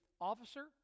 officer